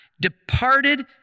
departed